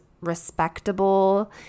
respectable